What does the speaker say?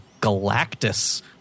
galactus